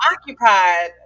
occupied